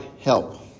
help